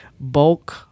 bulk